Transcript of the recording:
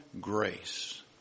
grace